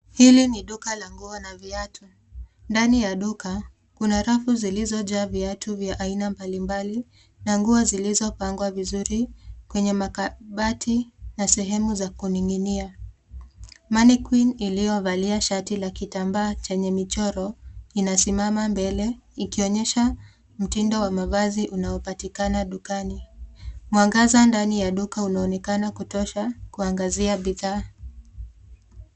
Hili ni duka la nguo na viatu. Ndani ya duka, kuna rafu zilizojaa viatu vya aina mbalimbali na nguo zilizopangwa vizuri kwenye makabati na sehemu za kuning'iniq. Mannequin iliyovaliaa shati la kitambaa chenye michoro inasimama mbele ikionyesha mtindo wa mavazi unaopatikana dukani. Mwangaza ndani ya duka unaonekana kutosha kuangazia bidhaa.